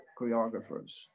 choreographers